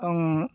आं